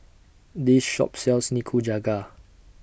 This Shop sells Nikujaga